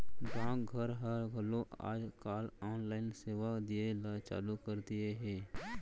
डाक घर ह घलौ आज काल ऑनलाइन सेवा दिये ल चालू कर दिये हे